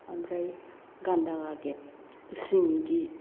ओमफ्राय गान्दा गागेब सिंगि